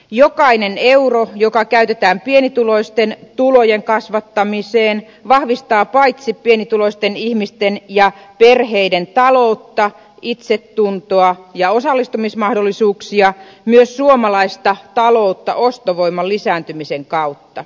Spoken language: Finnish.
jokainen euro joka käytetään pienituloisten tulojen kasvattamiseen vahvistaa paitsi pienituloisten ihmisten ja perheiden taloutta itsetuntoa ja osallistumismahdollisuuksia myös suomalaista taloutta ostovoiman lisääntymisen kautta